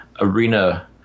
arena